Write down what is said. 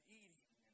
eating